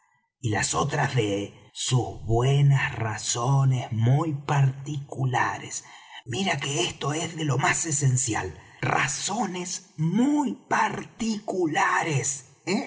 y las otras de sus buenas razones muy particulares mira que esto es de lo muy esencial razones muy particulares